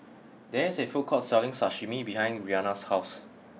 there is a food court selling Sashimi behind Rianna's house